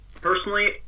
Personally